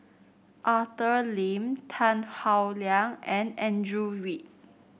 Arthur Lim Tan Howe Liang and Andrew Yip